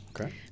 Okay